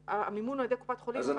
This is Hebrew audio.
המימון הוא על ידי קופת חולים.